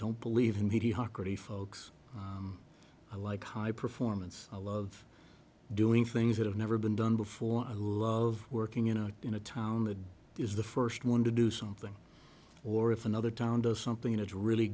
don't believe in mediocrity folks i like high performance i love doing things that have never been done before i love working in a in a town that is the first one to do something or if another town does something it's really